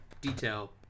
detail